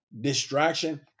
distraction